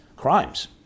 crimes